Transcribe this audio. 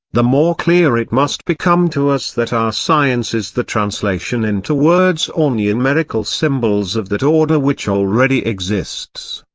the more clear it must become to us that all our science is the translation into words or numerical symbols of that order which already exists.